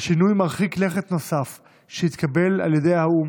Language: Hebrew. שינוי מרחיק לכת נוסף שהתקבל על ידי האו"ם,